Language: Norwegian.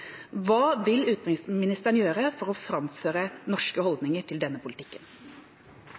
Hva vil utenriksministeren gjøre for å framføre norske holdninger til denne politikken?